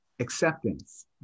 Acceptance